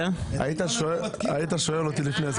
היית שואל אותי לפני זה,